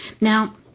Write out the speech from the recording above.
Now –